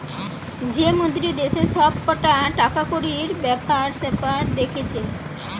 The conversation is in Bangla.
যে মন্ত্রী দেশের সব কটা টাকাকড়ির বেপার সেপার দেখছে